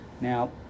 Now